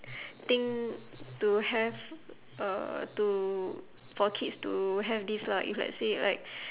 thing to have uh to for kids to have this lah if let's say like